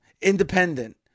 independent